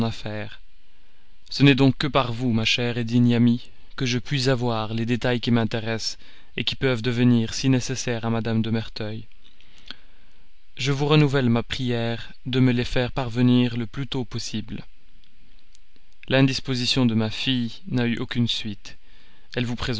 ce n'est donc que par vous ma chère digne amie que je puis avoir les détails qui m'intéressent qui peuvent devenir si nécessaires à madame de merteuil je vous renouvelle ma prière de me les faire parvenir le plus tôt possible p s l'indisposition de ma fille n'a eu aucune suite elle vous